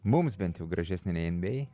mums bent jau gražesnė nei nba